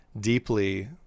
deeply